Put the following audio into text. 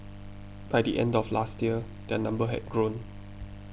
by the end of last year their number had grown